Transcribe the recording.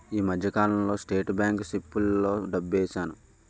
ఈ మధ్యకాలంలో state bank సిప్పుల్లో డబ్బేశాను